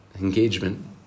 engagement